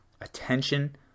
attention